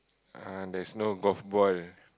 uh there's no golf ball